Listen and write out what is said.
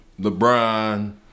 LeBron